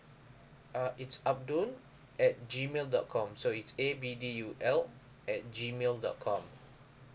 uh it's abdul at gmail dot com so it's A B D U L at gmail dot com